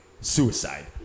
suicide